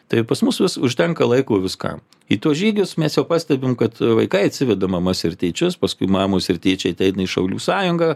tai pas mus užtenka laiko viskam į tuos žygius mes jau pastebim kad vaikai atsiveda mamas ir tėčius paskui mamos ir tėčiai ateina į šaulių sąjungą